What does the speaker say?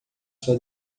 sua